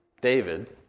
David